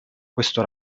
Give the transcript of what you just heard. questo